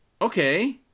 Okay